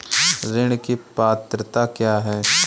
ऋण की पात्रता क्या है?